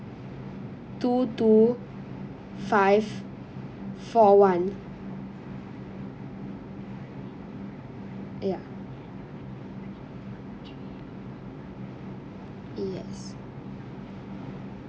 two two five four one ya yes